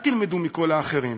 אל תלמדו מכל האחרים,